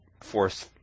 force